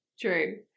true